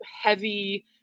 heavy